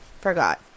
forgot